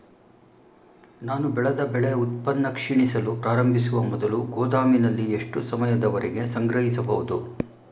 ನಾನು ಬೆಳೆದ ಬೆಳೆ ಉತ್ಪನ್ನ ಕ್ಷೀಣಿಸಲು ಪ್ರಾರಂಭಿಸುವ ಮೊದಲು ಗೋದಾಮಿನಲ್ಲಿ ಎಷ್ಟು ಸಮಯದವರೆಗೆ ಸಂಗ್ರಹಿಸಬಹುದು?